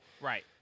Right